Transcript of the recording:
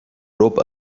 ربع